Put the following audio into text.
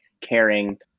caring